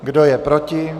Kdo je proti?